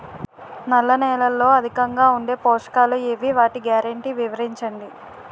నల్ల నేలలో అధికంగా ఉండే పోషకాలు ఏవి? వాటి గ్యారంటీ వివరించండి?